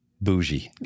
Bougie